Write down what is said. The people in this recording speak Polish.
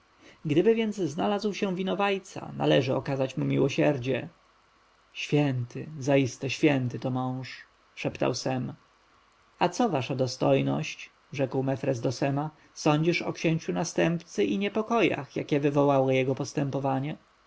gdyby więc znalazł się winowajca należy okazać mu miłosierdzie święty zaiste święty to mąż szeptał sem a co wasza dostojność rzekł mefres do sema sądzisz o księciu następcy i niepokojach jakie wywołało jego postępowanie